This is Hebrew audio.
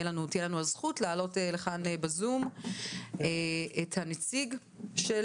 לנו הזכות להעלות לכאן בזום את הנציג של